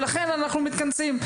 ולכן אנחנו מתכנסים.